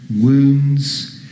wounds